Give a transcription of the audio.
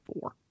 Four